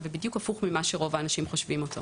שזה הפוך ממה שרוב האנשים חושבים שהוא.